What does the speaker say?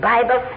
Bible